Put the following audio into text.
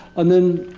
and then,